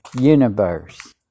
universe